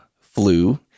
Flu